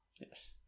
Yes